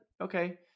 okay